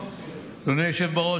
אדוני היושב בראש,